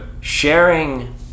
sharing